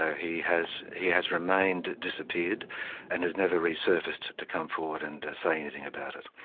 ah he has he has remained disappeared and has never resurfaced to come forward and say anything about it.